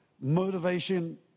motivation